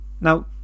now